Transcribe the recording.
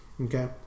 okay